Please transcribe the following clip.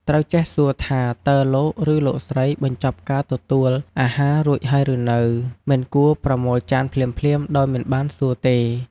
ត្រូវចេះសួរថា "តើលោក ឬ លោកស្រីបញ្ចប់ការទទួលអាហាររួចហើយឬនៅ?" មិនគួរប្រមូលចានភ្លាមៗ ដោយមិនបានសួរទេ។